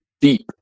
deep